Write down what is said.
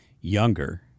younger